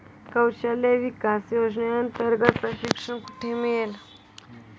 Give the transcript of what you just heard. कौशल्य विकास योजनेअंतर्गत प्रशिक्षण कुठे मिळेल?